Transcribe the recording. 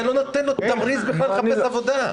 אתה לא נותן לעובד שום תמריץ לחפש עבודה.